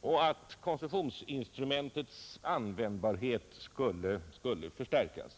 och att koncessionsinstrumentets användbarhet skulle förstärkas.